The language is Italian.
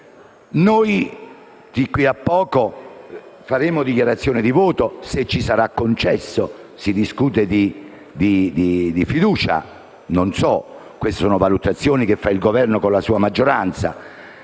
Noi tra poco faremo le dichiarazioni di voto, se ci sarà concesso, visto che si parla di fiducia; non so, queste sono valutazioni che fa il Governo con la sua maggioranza.